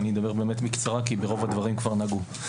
אני אדבר בקצרה, כי ברוב הדברים כבר נגעו.